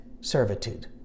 servitude